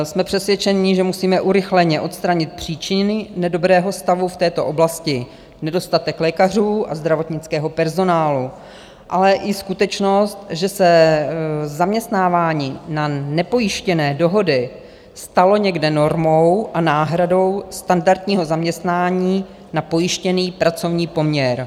Jsme přesvědčeni, že musíme urychleně odstranit příčiny nedobrého stavu v této oblasti nedostatek lékařů a zdravotnického personálu, ale i skutečnost, že se zaměstnávání na nepojištěné dohody stalo někde normou a náhradou standardního zaměstnání na pojištěný pracovní poměr.